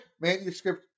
manuscript